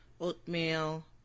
oatmeal